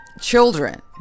children